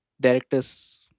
directors